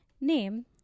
name